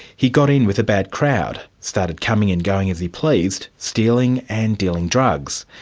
he got in with a bad crowd, started coming and going as he pleased, stealing and dealing drugs.